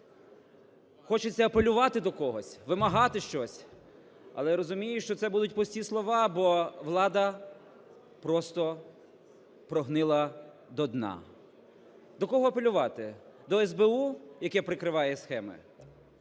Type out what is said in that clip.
Хочеться апелювати до когось, вимагати щось, але розумієш, що це будуть пусті слова, бо влада просто прогнила до дна. До кого апелювати? До СБУ, яке прикриває схеми?